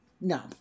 no